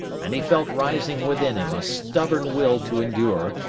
and he felt rising within him a stubborn will to endure,